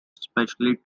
specially